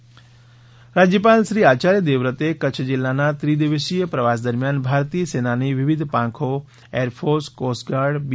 રાજ્યપાલ કચ્છ રાજ્યપાલશ્રી આચાર્ય દેવવ્રતએ કચ્છ જિલ્લાના ત્રિદિવસીય પ્રવાસ દરમ્યાન ભારતીય સેનાની વિવિધ પાંખો એરફોર્સ કોસ્ટગાર્ડ બી